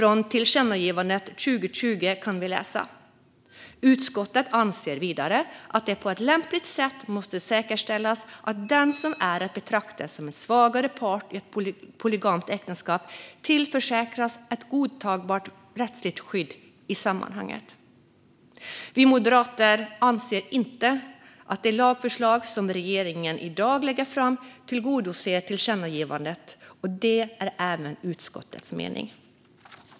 I tillkännagivandet från 2020 kan vi läsa: "Utskottet anser vidare att det på ett lämpligt sätt måste säkerställas att den som är att betrakta som en svagare part i ett polygamt äktenskap tillförsäkras ett godtagbart rättsligt skydd i sammanhanget." Vi moderater anser inte att det lagförslag som regeringen i dag lägger fram tillgodoser tillkännagivandets krav, och det är även utskottets mening.